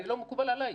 זה לא מקובל עליי.